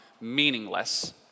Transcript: meaningless